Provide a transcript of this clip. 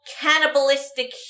cannibalistic